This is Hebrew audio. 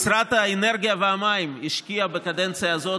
משרד האנרגיה והמים השקיע בקדנציה הזאת